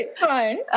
fine